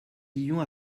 lions